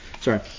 Sorry